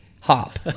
hop